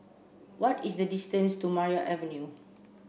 what is the distance to Maria Avenue